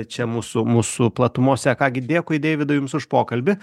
čia mūsų mūsų platumose ką gi dėkui deividai jums už pokalbį